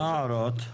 מה ההערות?